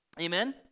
Amen